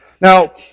Now